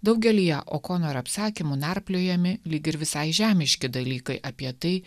daugelyje okonor apsakymų narpliojami lyg ir visai žemiški dalykai apie tai